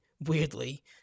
weirdly